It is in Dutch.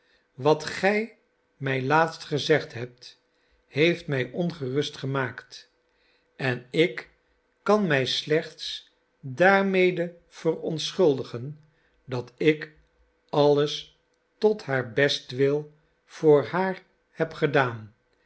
wat gij mij laatst gezegd hebt heeft mij ongerust gemaakt en ik kan mij slechts daarmede verontschuldigen dat ik alles tot haar bestwil voor haar heb gedaan